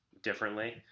differently